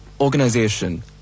organization